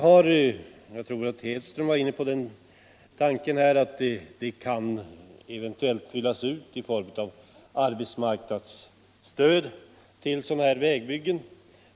Jag tror att herr Hedström var inne på tanken att detta anslag eventuellt kan fyllas ut med arbetsmarknadsstöd till sådana här vägbyggen.